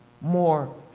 more